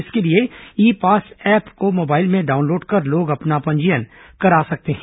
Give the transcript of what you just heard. इसके लिए e pass app को मोबाइल में डाउनलोड कर लोग अपना पंजीयन करा सकते हैं